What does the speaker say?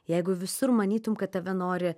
jeigu visur manytum kad tave nori